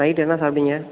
night என்ன சாப்பிட்டிங்க